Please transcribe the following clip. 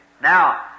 Now